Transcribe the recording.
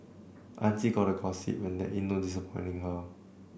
auntie gotta gossip when there in no her